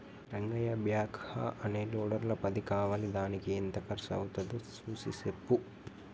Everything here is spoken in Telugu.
రంగయ్య బ్యాక్ హా అనే లోడర్ల పది కావాలిదానికి ఎంత కర్సు అవ్వుతాదో సూసి సెప్పు